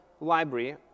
library